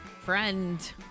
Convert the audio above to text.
friend